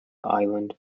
island